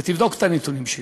ותבדוק את הנתונים שלי: